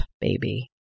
baby